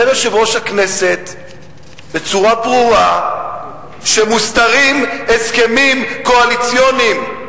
אומר יושב-ראש הכנסת בצורה ברורה שמוסתרים הסכמים קואליציוניים,